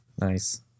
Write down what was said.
Nice